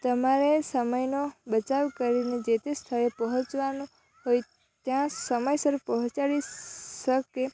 તમારે સમયનો બચાવ કરીને જે તે સ્થળે પહોંચવાનું હોય ત્યાં સમયસર પહોંચાડી શકે